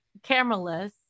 cameraless